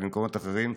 ובמקומות אחרים.